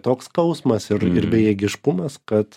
toks skausmas ir ir bejėgiškumas kad